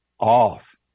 off